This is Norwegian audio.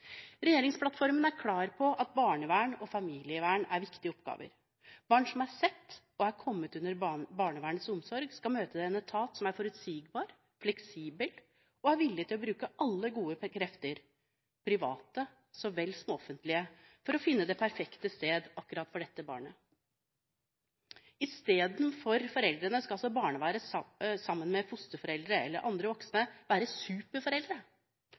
Regjeringsplattformen er klar på at barnevern og familievern er viktige oppgaver. Barn som er sett, og som er kommet under barnevernets omsorg, skal møte en etat som er forutsigbar og fleksibel, og som er villig til å bruke alle gode krefter, private så vel som offentlige, for å finne det perfekte sted for akkurat dette barnet. Istedenfor foreldrene skal altså barnevernet, sammen med fosterforeldre eller andre voksne, være superforeldre.